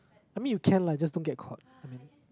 I mean you can lah just don't get caught I mean